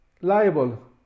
liable